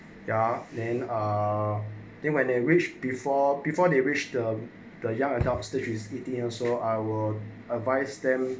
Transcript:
ya then uh then when they reached before before they reach the the young adults to choose eating also I will advise them